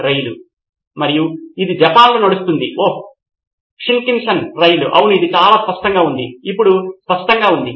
Siddharth Maturi sir ఇది మళ్ళీ వారి మౌలిక సదుపాయాలను కాపాడుకునే విద్యార్థులు మళ్లీ సిద్ధం చేయడానికి తక్కువ సమయానికి అనుగుణంగా లేరు ఎందుకంటే వారు మళ్ళీ పాఠశాల సమయం వెలుపల గడపవలసి ఉంటుంది